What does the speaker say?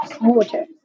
water